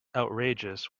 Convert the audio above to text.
outrageous